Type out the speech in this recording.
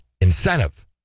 incentive